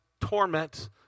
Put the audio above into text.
torment